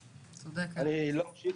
אני לא אמשיך.